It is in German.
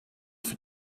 für